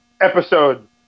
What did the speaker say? episode